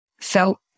felt